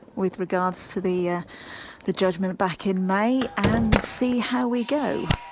with regards to the ah the judgement back in may, and see how we go.